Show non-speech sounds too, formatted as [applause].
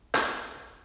[noise]